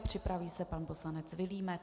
Připraví se pan poslanec Vilímec.